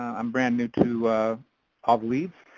i'm brand new to have leads.